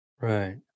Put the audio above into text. Right